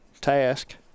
task